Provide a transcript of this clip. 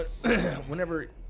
whenever